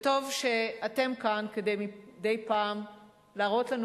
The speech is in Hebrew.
וטוב שאתם כאן כדי מדי פעם להראות לנו